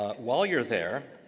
ah while you're there